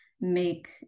make